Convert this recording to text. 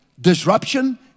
disruption